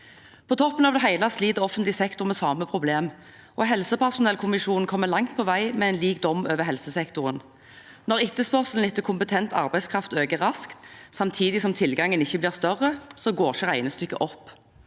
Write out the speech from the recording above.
På toppen av det hele sliter offentlig sektor med samme problem, og helsepersonellkommisjonen kommer langt på vei med en lik dom over helsesektoren: Når etterspørselen etter kompetent arbeidskraft øker raskt, samtidig som tilgangen ikke blir større, går ikke regnestykket opp.